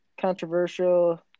controversial